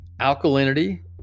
alkalinity